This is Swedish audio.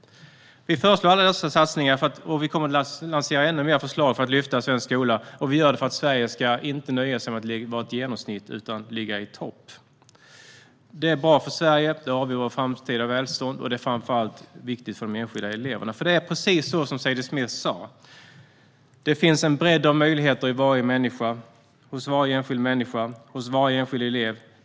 Vi föreslår alla dessa satsningar och vi kommer att lansera ännu fler förslag för att lyfta svensk skola. Vi gör det för att Sverige inte ska nöja sig med ett genomsnitt utan att Sverige ska ligga i topp. Det är bra för Sverige. Det avgör vårt framtida välstånd, och det är framför allt viktigt för de enskilda eleverna. Det är precis så som Zadie Smith sa, att det finns en bredd av möjligheter hos varje enskild människa och varje enskild elev.